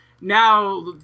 now